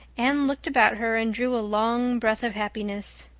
anne looked about her and drew a long breath of happiness.